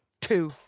two